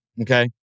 okay